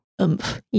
oomph